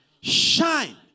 shine